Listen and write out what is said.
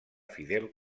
fidel